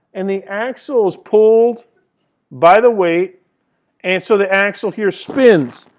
and the axle is pulled by the weight and so the axle here spins.